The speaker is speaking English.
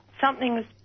something's